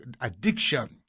addiction